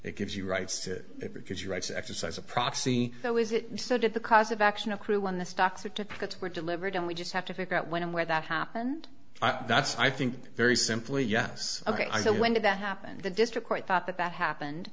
that gives you rights to it because your rights to exercise a proxy though is it so did the cause of action accrue when the stock certificates were delivered and we just have to figure out when where that happened that's i think very simply yes ok so when did that happen the district court thought that that happened